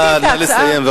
נא לסיים.